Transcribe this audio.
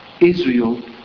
Israel